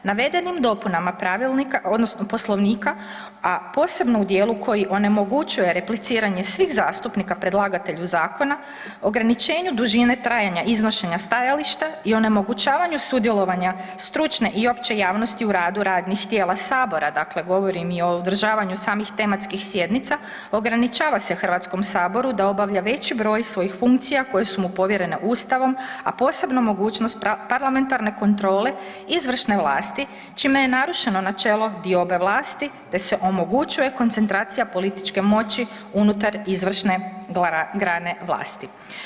Navedenim dopunama Poslovnika, a posebno u dijelu koji onemogućuje repliciranje svih zastupnika predlagatelju zakona, ograničenju dužine trajanja iznošenja stajališta i onemogućavanju sudjelovanja stručne i opće javnosti u radu radnih tijela Sabora, dakle govorim i o održavanju samih tematskih sjednica ograničava se HS-u da obavlja veći broj svojih funkcija koje su mu povjerene Ustavom, a posebna mogućnost parlamentarne kontrole izvršne vlasti čime je narušeno načelo diobe vlasti da se omogućuje koncentracija političke moći unutar izvršne grane vlasti.